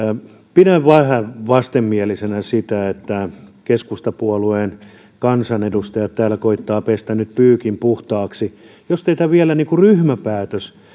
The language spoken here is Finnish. pidän vähän vastenmielisenä sitä että keskustapuolueen kansanedustajat täällä koettavat pestä nyt pyykin puhtaaksi jos teitä vielä ryhmäpäätös